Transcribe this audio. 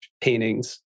paintings